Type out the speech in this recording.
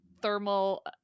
thermal